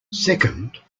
second